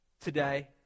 today